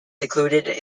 included